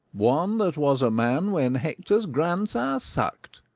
one that was a man when hector's grandsire suck'd.